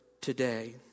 today